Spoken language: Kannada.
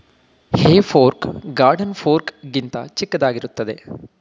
ಹೇ ಫೋರ್ಕ್ ಗಾರ್ಡನ್ ಫೋರ್ಕ್ ಗಿಂತ ಚಿಕ್ಕದಾಗಿರುತ್ತದೆ